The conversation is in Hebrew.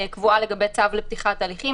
קבועה לגבי צו לפתיחת הליכים.